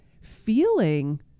feeling